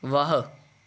ਵਾਹ